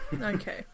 Okay